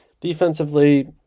defensively